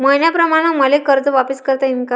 मईन्याप्रमाणं मले कर्ज वापिस करता येईन का?